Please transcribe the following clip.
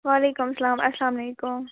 وَعلیکُم السَلام اَلسَلامُ علیکُم